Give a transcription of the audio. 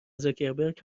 زاکبرک